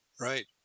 Right